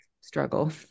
struggle